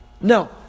No